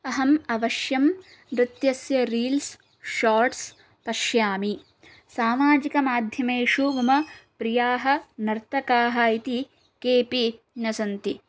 अहम् अवश्यं नृत्यस्य रील्स् शार्ट्स् पश्यामि सामाजिकमाध्यमेषु मम प्रियाः नर्तकाः इति केऽपि न सन्ति